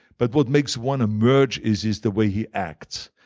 but what makes one emerge is is the way he acts.